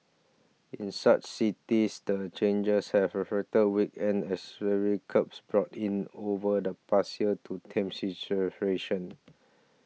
in such cities the changes have weakened as curbs brought in over the past year to tame